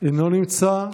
אינו נמצא,